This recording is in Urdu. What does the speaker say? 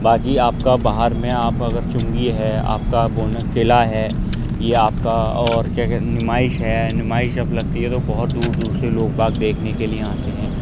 باقی آپ کا باہر میں آپ اگر چنگی ہے آپ کا بونہ قلعہ ہے یہ آپ کا اور کیا کہتے نمائش ہے نمائش اب لگتی ہے تو بہت دور دور سے لوگ باگ دیکھنے کے لیے یہاں آتے ہیں